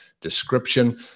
description